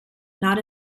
not